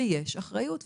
למדינה כן יש אחריות.